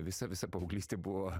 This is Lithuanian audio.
visa visa paauglystė buvo